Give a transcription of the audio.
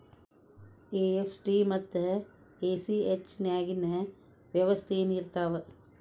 EFT ಮತ್ತ ACH ನ್ಯಾಗಿನ್ ವ್ಯೆತ್ಯಾಸೆನಿರ್ತಾವ?